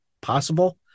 possible